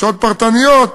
שעות פרטניות.